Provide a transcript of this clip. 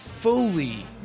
fully